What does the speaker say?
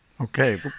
Okay